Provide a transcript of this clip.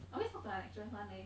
I always talk to my lecturers [one] leh